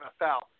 NFL